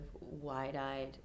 wide-eyed